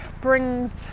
brings